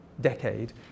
decade